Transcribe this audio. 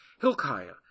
Hilkiah